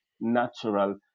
natural